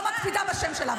אני לא מקפידה בשם שלה.